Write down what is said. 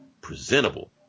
presentable